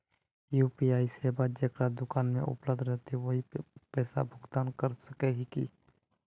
UPI सेवाएं जेकरा दुकान में उपलब्ध रहते वही पैसा भुगतान कर सके है की?